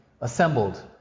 assembled